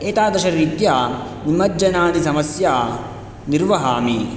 एतादृशरीत्या निमज्जनादिसमस्या निर्वहामि